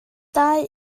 dau